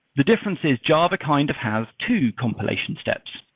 the difference is java kind of has two compilation steps.